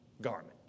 garment